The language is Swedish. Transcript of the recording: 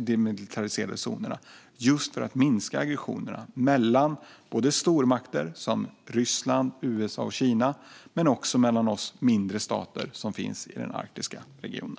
demilitariserade zonerna just för att minska aggressionerna mellan stormakter som Ryssland, USA och Kina men också mellan oss mindre stater i den arktiska regionen.